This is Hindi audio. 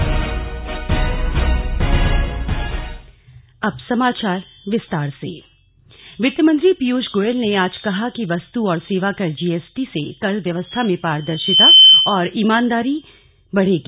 जीएसटी वित्तमंत्री पीयूष गोयल ने आज कहा कि वस्तु और सेवाकर जीएसटी से कर व्यवस्था में पारदर्शिता और ईमानदारी बढ़ेगी